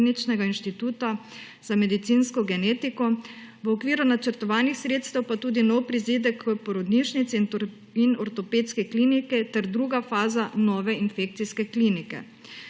Kliničnega inštituta za medinsko genetiko; v okviru načrtovanih sredstev pa tudi nov prizidek porodnišnice in Ortopedske klinike ter druga faza nove infekcijske klinike.